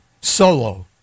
solo